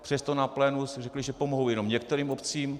Přesto na plénu si řekli, že pomohou jenom některým obcím.